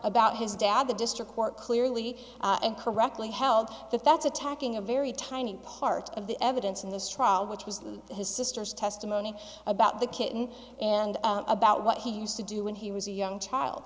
about his dad to do court clearly and correctly held that that's attacking a very tiny part of the evidence in this trial which was his sister's testimony about the kitten and about what he used to do when he was a young child